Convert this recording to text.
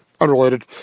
Unrelated